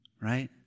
right